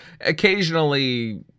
occasionally